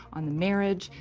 on the marriage,